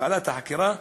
ועדת החקירה,